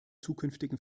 zukünftigen